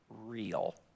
real